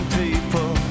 people